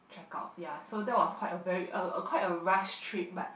check out ya so that was quite a very a quite a rush trip but